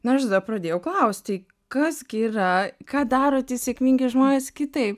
nu ir tada pradėjau klaust tai kas yra ką daro tie sėkmingi žmonės kitaip